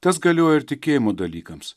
tas galioja ir tikėjimo dalykams